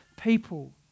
people